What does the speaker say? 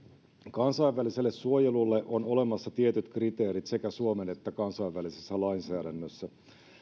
kansainväliselle suojelulle on olemassa tietyt kriteerit sekä suomen että kansainvälisessä lainsäädännössä